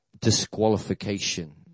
Disqualification